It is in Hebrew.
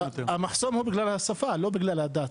המחסום הוא בגלל השפה לא בגלל הדת.